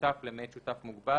שותף למעט שותף מוגבל,